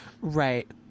right